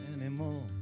anymore